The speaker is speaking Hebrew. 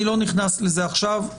אני לא נכנס לזה עכשיו,